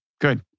good